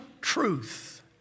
truth